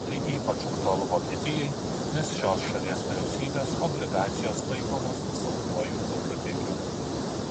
tai ypač aktualu vokietijai nes šios šalies vyriausybės obligacijos laikomos saugiuoju užutėkiu